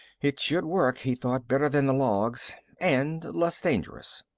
it should work, he thought, better than the logs and less dangerous.